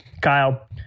Kyle